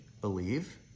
believe